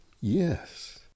yes